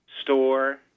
store